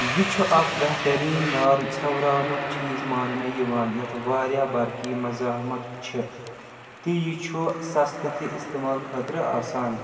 یہِ چھُ اکھ بہترین نار ژھٮ۪وراونُک چیٖز ماننہٕ یِوان یتھ واریاہ برقی مزاحمت چھےٚ تہٕ یہِ چھُ سستہٕ تہٕ استعمال خٲطرٕ آسان